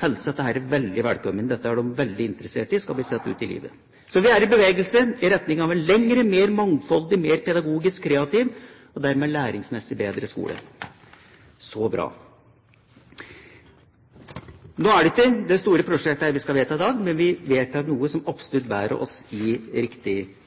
veldig velkommen, dette er man veldig interessert i skal bli satt ut i livet. Så vi er i bevegelse, i retning av en lengre, mer mangfoldig, mer pedagogisk kreativ og dermed læringsmessig bedre skole. Så bra! Nå er det ikke det store prosjektet vi skal vedta her i dag, men vi vedtar noe som absolutt bærer oss i